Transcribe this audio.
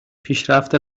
پیشرفت